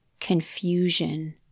confusion